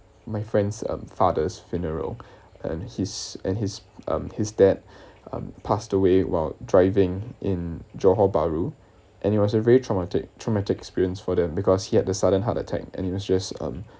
my friend's um father's funeral and his and his um his dad um passed away while driving in johor bahru and it was a very traumatic traumatic experience for them because he had the sudden heart attack and it was just um